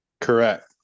Correct